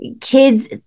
kids